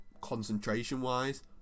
concentration-wise